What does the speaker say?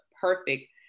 perfect